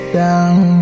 down